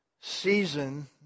season